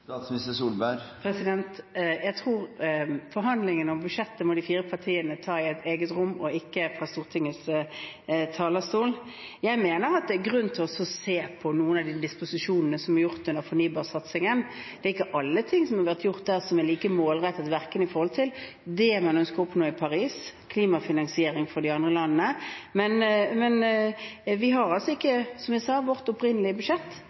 Forhandlingene om budsjettet må de fire partiene ta i et eget rom og ikke fra Stortingets talerstol. Jeg mener at det er grunn til å se på noen av de disposisjonene som er gjort under fornybarsatsingen. Det er ikke alle ting som er blitt gjort der, som er like målrettet i forhold til det man ønsker å oppnå i Paris, bl.a. klimafinansiering for de andre landene. Men, som jeg sa, vårt opprinnelige budsjett